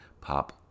pop